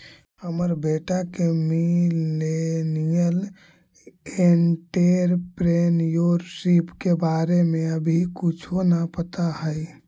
हमर बेटा के मिलेनियल एंटेरप्रेन्योरशिप के बारे में अभी कुछो न पता हई